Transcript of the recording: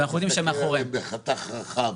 זה בחתך רחב,